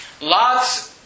Lot's